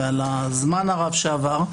ועל הזמן הרב שעבר.